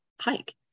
hike